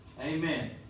Amen